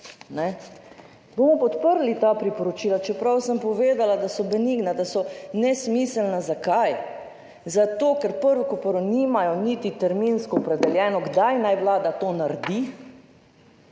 Bomo podprli ta priporočila, čeprav sem povedala, da so benigna, da so nesmiselna. Zakaj? Zato ker prvo kot prvo, nimajo niti terminsko opredeljeno kdaj naj vlada to naredi